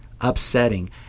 upsetting